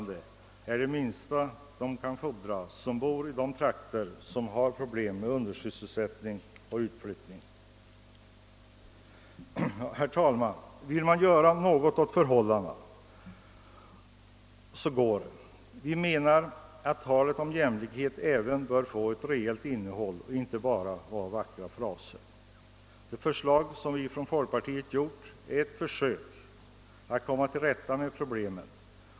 Detta är det minsta som man kan fordra i de trakter där man har problem med undersysselsättning och utflyttning. Herr talman! Vill man göra något åt förhållandena, så går det. Vi menar att talet om jämlikhet bör få ett reellt innehåll och inte bara vara vackra fraser. De förslag som vi inom folkpartiet fört fram innebär ett försök att komma till rätta med problemen.